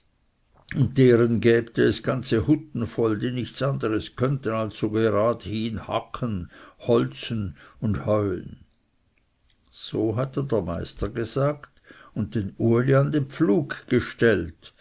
und deren gäbte es ganze hutten voll die nichts anderes könnten als so geradehin hacken holzen und heuen so hatte der meister gesagt und den uli an den pflug gestellt